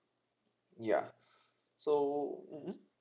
yeah so mmhmm